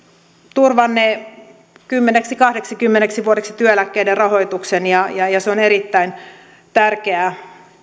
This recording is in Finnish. turvannee kymmeneksi viiva kahdeksikymmeneksi vuodeksi työeläkkeiden rahoituksen ja ja se on erittäin tärkeää